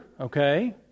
okay